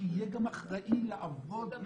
שיהיה גם אחראי לעבוד אתו.